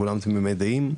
כולם תמימי דעים,